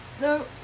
No